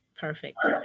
Perfect